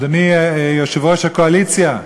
אדוני, יושב-ראש הקואליציה,